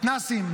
מתנ"סים,